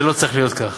זה לא צריך להיות כך.